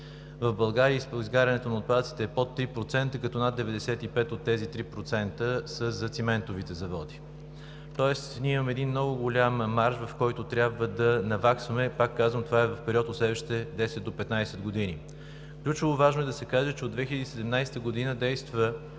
В България изгарянето на отпадъците е под 3%, като над 95 от тези 3% са за циментовите заводи, тоест ние имаме един много голям марж, в който трябва да наваксваме, пак казвам, това е в период от следващите 10 до 15 години. Ключово важно е да се каже, че от 2017 г. действа